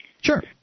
Sure